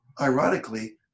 ironically